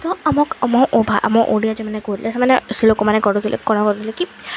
ତ ଆମ ଆମ ଓଭା ଆମ ଓଡ଼ିଆ ଯେଉଁମାନେ କହୁଥିଲେ ସେମାନେ ଶ୍ଳୋକମାନେ କରୁଥିଲେ କ'ଣ କରୁଥିଲେ କି